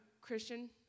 Christian